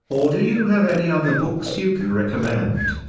or do you have any other books you can recommend?